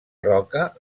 roca